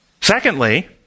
Secondly